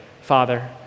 Father